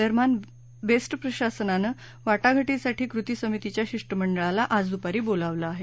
दरम्यान बेस्ट प्रशासनानं वाटाघाटीसाठी कृती समितीच्या शिष्टमंडळाला आज दूपारी बोलावलं आहे